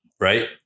Right